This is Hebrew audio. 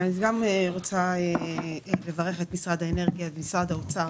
אני רוצה לברך את משרד האנרגיה ואת משרד האוצר